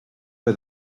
for